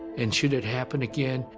and should it happen again,